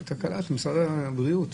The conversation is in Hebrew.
זאת תקלה של משרד הבריאות.